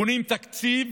בונים תקציב